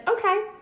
Okay